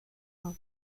are